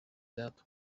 that